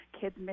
kids